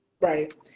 Right